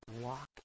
walk